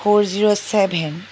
four zero seven